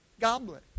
goblet